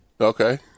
Okay